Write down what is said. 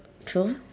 true